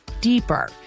deeper